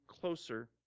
closer